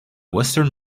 western